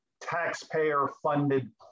taxpayer-funded